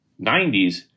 90s